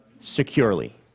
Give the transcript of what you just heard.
securely